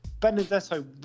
benedetto